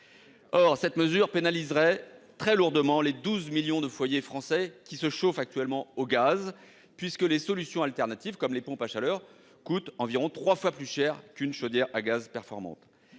Or une telle mesure pénaliserait très lourdement les 12 millions de foyers qui se chauffent actuellement au gaz : les solutions de substitution, comme les pompes à chaleur, coûtent environ trois fois plus cher qu'une chaudière à gaz performante.